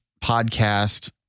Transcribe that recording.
podcast